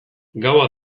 gaua